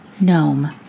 gnome